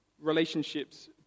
relationships